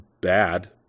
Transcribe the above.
Bad